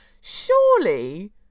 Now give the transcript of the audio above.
Surely